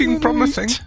promising